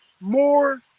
more